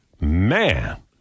Man